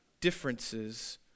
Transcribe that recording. differences